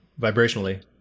vibrationally